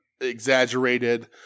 exaggerated